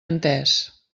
entès